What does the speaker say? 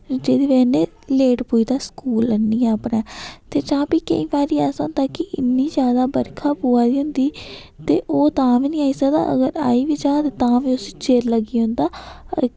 जेह्दी वजह कन्नै लेट पुज्जदा स्कूल नी अपनै ते जां फ्ही केईं बार ऐसा होंदा कि इन्नी ज्यादा बरखा पोआ दी होंदी ते ओह् तां बी नी आई सकदा अगर आई बी जा तां बी उसी चिर लग्गी जंदा